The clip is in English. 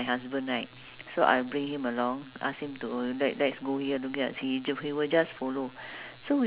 at that time we went batam uh we went batam centre ah batam centre then around just near walking distance